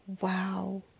wow